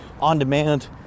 on-demand